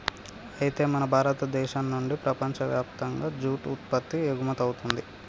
అయితే మన భారతదేశం నుండి ప్రపంచయప్తంగా జూట్ ఉత్పత్తి ఎగుమతవుతుంది